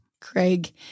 Craig